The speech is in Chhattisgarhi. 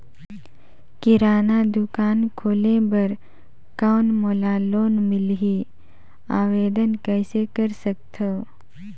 किराना दुकान खोले बर कौन मोला लोन मिलही? आवेदन कइसे कर सकथव?